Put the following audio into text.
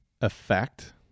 effect